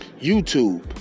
YouTube